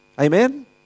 Amen